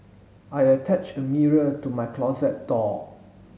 I attached a mirror to my closet door